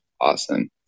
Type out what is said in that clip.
awesome